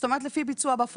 זאת אומרת, לפי ביצוע בפועל.